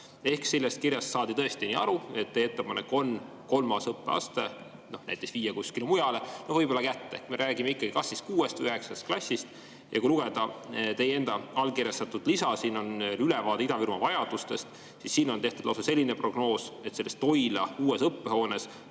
Sellest kirjast saadi tõesti nii aru, et teie ettepanek on kolmas õppeaste näiteks viia kuskile mujale või ehk ka jätta. Me räägime ikkagi kas kuuest või üheksast klassist. Ja teie enda allkirjastatud lisas on ülevaade Ida-Virumaa vajadustest ja siin on tehtud lausa selline prognoos, et selles Toila uues õppehoones